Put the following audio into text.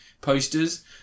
posters